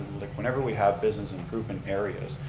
like whenever we have business improvement areas,